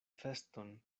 feston